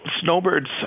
snowbirds